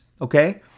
Okay